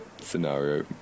scenario